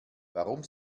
warum